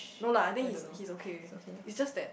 no lah I think he is he is okay is just that